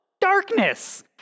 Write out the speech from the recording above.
darkness